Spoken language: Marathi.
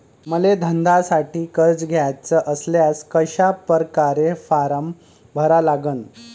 मले धंद्यासाठी कर्ज घ्याचे असल्यास कशा परकारे फारम भरा लागन?